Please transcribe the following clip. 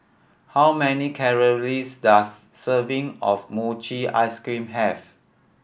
how many calories does serving of mochi ice cream have